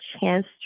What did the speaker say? chance